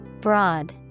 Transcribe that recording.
Broad